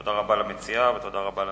תודה רבה למציעה ותודה רבה למשיב.